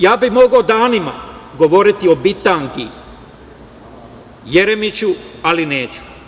Ja bih mogao danima govoriti o bitangi Jeremiću, ali neću.